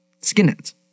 skinheads